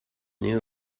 new